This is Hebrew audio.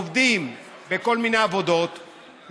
עובדים בכל מיני עבודות,